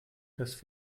dass